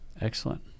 Excellent